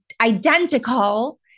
identical